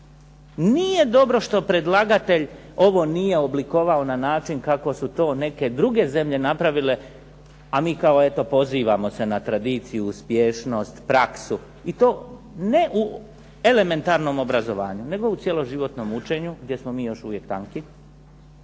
Nije dobro što predlagatelj ovo nije oblikovao na način kako su to neke druge zemlje napravile, a mi kao eto pozivamo se na tradiciju, uspješnost, praksu i to ne u elementarnom obrazovanju, nego u cjeloživotnom učenju, gdje smo mi još uvijek tanki,